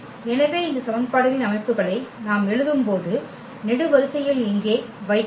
எனவே இந்த சமன்பாடுகளின் அமைப்புகளை நாம் எழுதும்போது நெடுவரிசையில் இங்கே வைக்கப்படும்